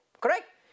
Correct